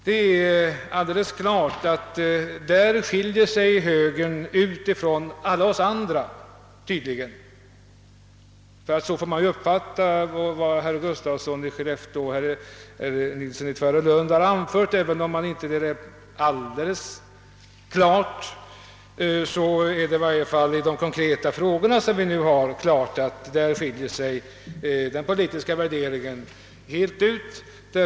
Det är alldeles klart att högern här skiljer sig från alla andra partier, ty så får man väl uppfatta herr Gustafssons i Skellefteå och herr Nilssons i Tvärålund anföranden. även om det i fråga om allt inte är fullständigt tydligt så är det beträffande de konkreta frågorna uppenbart att den politiska värderingen är olika.